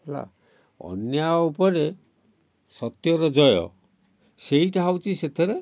ହେଲା ଅନ୍ୟାୟ ଉପରେ ସତ୍ୟର ଜୟ ସେଇଟା ହେଉଛି ସେଥିରେ